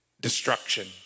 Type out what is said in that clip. destruction